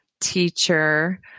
teacher